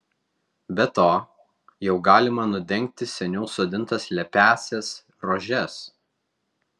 be to jau galima nudengti seniau sodintas lepiąsias rožes